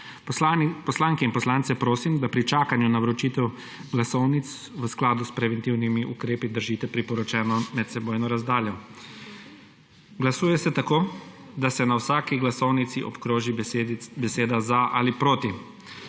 Poslanke in poslance prosim, da pri čakanju na vročitev glasovnic v skladu s preventivnimi ukrepi držite priporočeno medsebojno razdaljo. Glasuje se tako, da se na vsaki glasovnici obkroži beseda za ali beseda